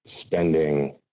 spending